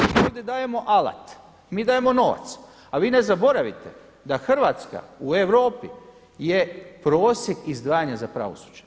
Ovdje dajemo alat, mi dajemo novac, a vi ne zaboravite da Hrvatska u Europi je prosjek izdvajanja za pravosuđe.